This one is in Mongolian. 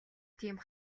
тийм